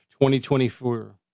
2024